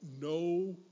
no